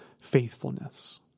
faithfulness